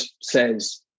says